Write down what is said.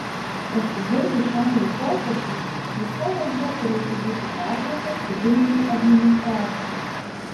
pasibaigus šiam laikotarpiui visa valdžia turėtų būti perduota civilinei administracijai